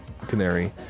Canary